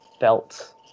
felt